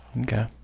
Okay